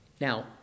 Now